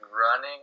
running